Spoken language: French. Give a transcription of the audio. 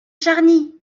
charny